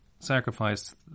sacrifice